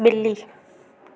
बि॒ली